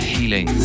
Healing